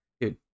dude